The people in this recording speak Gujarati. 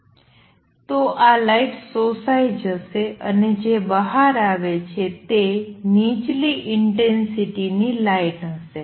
તો આ લાઇટ શોષાય જશે અને જે બહાર આવે છે તે નીચલી ઇંટેંસિટીની લાઇટ હશે